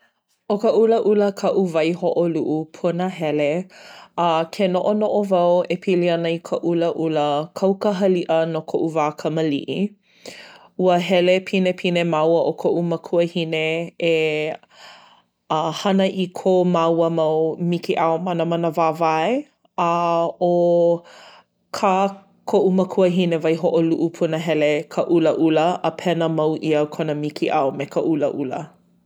ʻO ka ʻulaʻula kaʻu waihoʻoluʻu punahele. A, ke noʻonoʻo wau e pili ana i ka ʻulaʻula, kau ka haliʻa no koʻu wā kamaliʻi. Ua hele pinepine māua ʻo koʻu makuahine e a, hana i ko māua mikiʻao manamana wāwae. A ʻo kā koʻu makuahine waihoʻoluʻu punahele ka ʻulaʻula, a pena mau ʻia kona mikiʻao me ka ʻulaʻula.